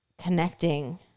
connecting